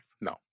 No